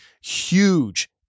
huge